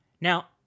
Now